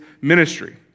ministry